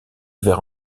vers